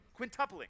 quintupling